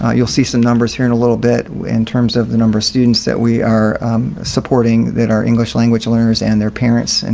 ah you'll see some numbers here in a little bit in terms of the number of students that we are supporting that are english language learners and their parents. and